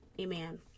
amen